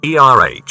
ERH